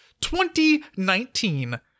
2019